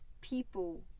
people